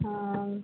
ஆ